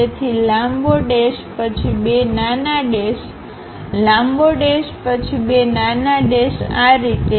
તેથી લાંબો ડેશ પછી બે નાના ડેશ લાંબો ડેશ પછી બે નાના ડેશ આ રીતે